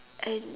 and